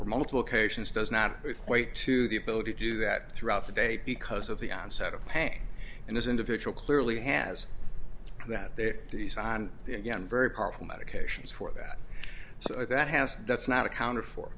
or multiplications does not equate to the ability to do that throughout the day because of the onset of pain and as individual clearly has that their duties on young very powerful medications for that so that has that's not a counter for